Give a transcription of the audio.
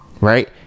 right